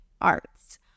arts